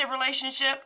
relationship